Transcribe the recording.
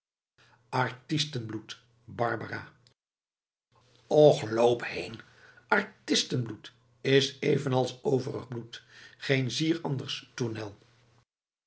artistenbloed barbara och loop heen artistenbloed is evenals alle overig bloed geen zier anders tournel